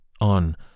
on